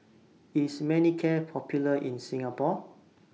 IS Manicare Popular in Singapore